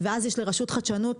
ואז יש לרשות החדשנות